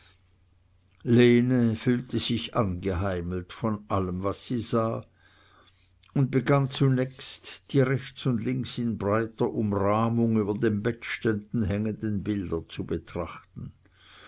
lene fühlte sich angeheimelt von allem was sie sah und begann zunächst die rechts und links in breiter umrahmung über den bettständen hängenden bilder zu betrachten